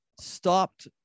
stopped